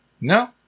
No